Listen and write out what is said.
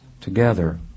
together